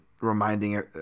reminding